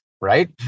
Right